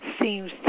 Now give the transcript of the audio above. seems